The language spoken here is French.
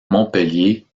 montpellier